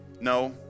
No